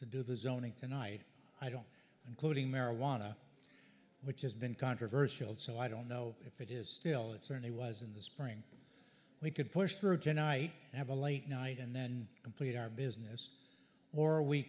to do the zoning tonight i don't including marijuana which has been controversial so i don't know if it is still it certainly was in the spring we could push through tonight and have a late night and then complete our business or we